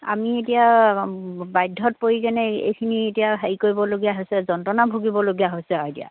আমি এতিয়া বাধ্যত পৰি কেনে এইখিনি এতিয়া হেৰি কৰিবলগীয়া হৈছে যন্ত্ৰণা ভূগিবলগীয়া হৈছে আৰু এতিয়া